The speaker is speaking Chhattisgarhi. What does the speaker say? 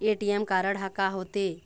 ए.टी.एम कारड हा का होते?